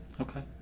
Okay